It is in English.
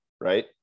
Right